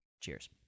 Cheers